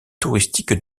touristique